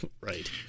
right